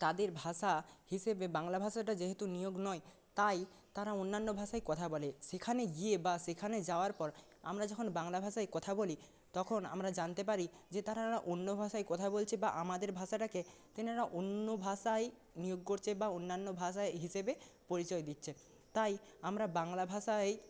তাদের ভাষা হিসেবে বাংলা ভাষাটা যেহেতু নিয়োগ নয় তাই তারা অন্যান্য ভাষায় কথা বলে সেখানে গিয়ে বা সেখানে যাওয়ার পর আমরা যখন বাংলা ভাষায় কথা বলি তখন আমরা জানতে পারি যে তারা অন্য ভাষায় কথা বলছে বা আমাদের ভাষাটাকে তাঁরা অন্য ভাষায় নিয়োগ করছে বা অন্যান্য ভাষায় হিসেবে পরিচয় দিচ্ছে তাই আমরা বাংলা ভাষায়ই